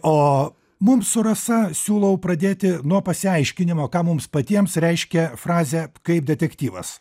o mums su rasa siūlau pradėti nuo pasiaiškinimo ką mums patiems reiškia frazė kaip detektyvas